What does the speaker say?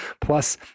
Plus